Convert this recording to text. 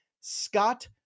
Scott